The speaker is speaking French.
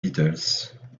beatles